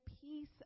peace